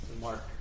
mark